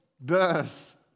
birth